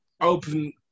open